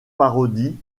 parodie